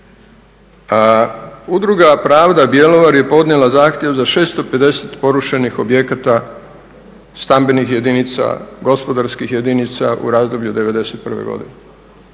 Udruga Pravda Bjelovar je podnijela zahtjev za 650 porušenih objekata stambenih jedinica, gospodarskih jedinica u razdoblju '91. godine.